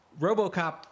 Robocop